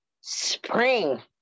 Spring